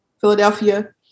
Philadelphia